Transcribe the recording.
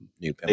new